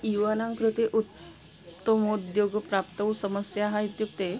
युवकानां कृते उत्तमोद्योगप्राप्तौ समस्याः इत्युक्ते